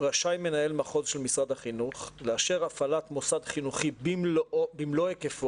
רשאי מנהל מחוז של משרד החינוך לאשר הפעלת מוסד חינוכי במלוא היקפו,